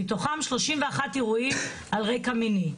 מתוכם 31 אירועים על רקע מיני.